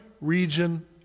region